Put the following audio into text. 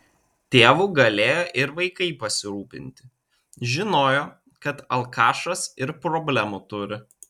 tėvu galėjo ir vaikai pasirūpinti žinojo kad alkašas ir problemų turi